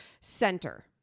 center